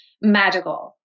magical